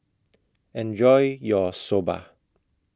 Enjoy your Soba